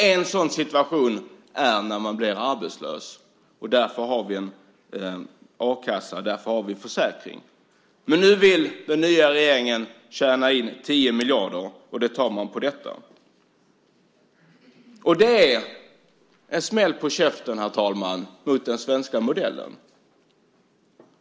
En sådan situation är när man blir arbetslös, och därför har vi en a-kassa och en försäkring. Men nu vill den nya regeringen tjäna in 10 miljarder, och det tar man på detta. Det är en smäll på käften, herr talman, mot den svenska modellen.